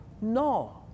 no